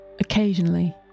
Occasionally